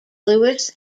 lewis